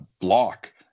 block